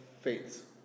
faith